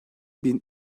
bin